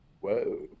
Whoa